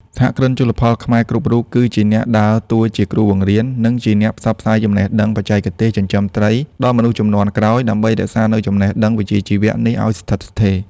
សហគ្រិនជលផលខ្មែរគ្រប់រូបគឺជាអ្នកដើរតួជាគ្រូបង្រៀន និងជាអ្នកផ្សព្វផ្សាយចំណេះដឹងបច្ចេកទេសចិញ្ចឹមត្រីដល់មនុស្សជំនាន់ក្រោយ ដើម្បីរក្សានូវចំណេះដឹងវិជ្ជាជីវៈនេះឱ្យស្ថិតស្ថេរ។